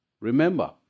Remember